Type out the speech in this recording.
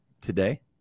today